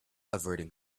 averting